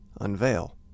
unveil